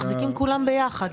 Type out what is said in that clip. מחזיקים כולם ביחד.